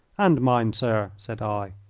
and mine, sir, said i.